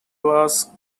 was